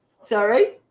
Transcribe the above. Sorry